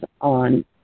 on